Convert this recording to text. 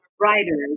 writers